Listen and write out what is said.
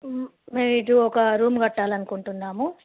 మేము ఇటు ఒక రూమ్ కట్టాలనుకుంటున్నాము